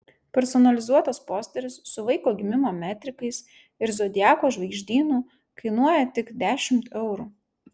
personalizuotas posteris su vaiko gimimo metrikais ir zodiako žvaigždynu kainuoja tik dešimt eurų